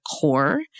core